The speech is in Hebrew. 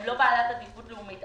הן לא בעלות עדיפות לאומית.